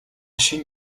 шинэ